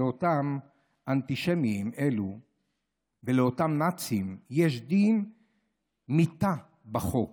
לאותם אנטישמים ולאותם נאצים יש דין מיתה בחוק,